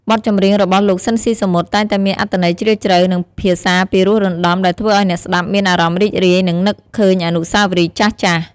បទចម្រៀងរបស់លោក ស៊ីន ស៊ីសាមុត តែងតែមានអត្ថន័យជ្រាលជ្រៅ និងភាសាពិរោះរណ្ដំ ដែលធ្វើឱ្យអ្នកស្ដាប់មានអារម្មណ៍រីករាយ និងនឹកឃើញអនុស្សាវរីយ៍ចាស់ៗ។